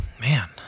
Man